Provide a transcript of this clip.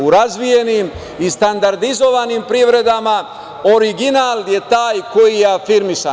U razvijenim i standardizovanim privredama original je taj koji je afirmisan.